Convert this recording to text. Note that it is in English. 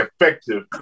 effective